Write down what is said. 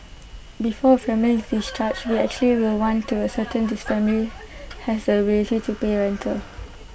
before A family is discharged we actually will want to ascertain this family has the ability to pay rental